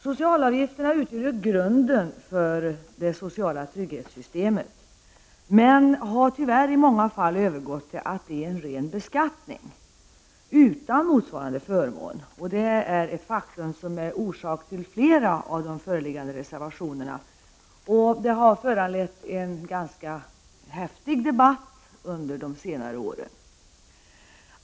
Socialutgifterna skall ju utgöra grunden för det sociala trygghetssystemet men har tyvärr i många fall övergått till att bli en ren beskattning utan motsvarande förmån — ett faktum som är orsaken till flera av de föreliggande reservationerna och som har föranlett en ganska häftig debatt under de senare åren.